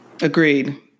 Agreed